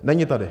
Není tady.